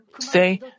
say